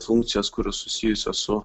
funkcijos kurios susijusios su